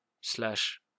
slash